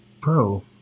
Bro